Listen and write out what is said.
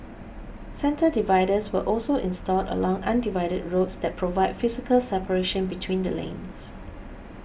centre dividers were also installed along undivided roads that provide physical separation between the lanes